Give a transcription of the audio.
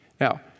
Now